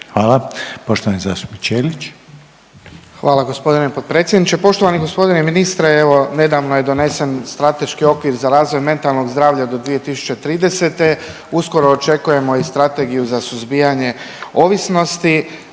**Ćelić, Ivan (HDZ)** Hvala g. potpredsjedniče. Poštovani g. ministre, evo nedavno je donesen Strateški okvir za razvoj mentalnog zdravlja do 2030., uskoro očekujemo i Strategiju za suzbijanje ovisnosti.